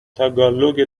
تاگالوگ